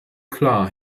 klar